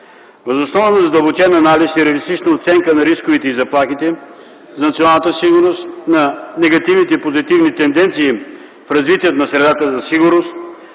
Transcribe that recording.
Въз основа на задълбочен анализ и реалистична оценка на рисковете и заплахите за националната сигурност, на негативните и позитивните тенденции в развитието на средата за сигурност,